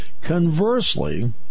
Conversely